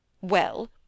Well